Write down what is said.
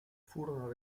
furono